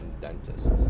dentists